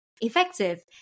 effective